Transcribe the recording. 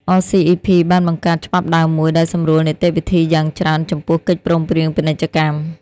អ សុី អុី ភី(RCEP) បានបង្កើត ច្បាប់ដើមមួយ ដែលសម្រួលនីតិវិធីយ៉ាងច្រើនចំពោះកិច្ចព្រមព្រៀងពាណិជ្ជកម្ម។